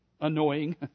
annoying